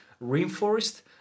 reinforced